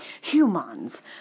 humans